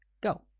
Go